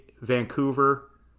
Vancouver